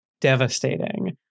devastating